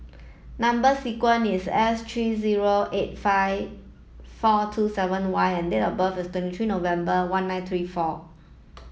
number sequence is S three zero eight five four two seven Y and date of birth is twenty three November one nine three four